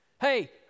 Hey